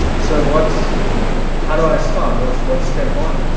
so what's how do i start? what's. what's step one?